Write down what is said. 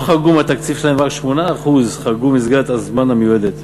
לא חרגו מהתקציב שלהם ורק 8% חרגו ממסגרת הזמן המיועדת,